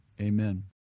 Amen